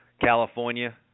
California